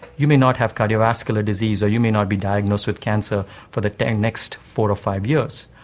you may not have cardiovascular disease or you may not be diagnosed with cancer for the the next four or five years.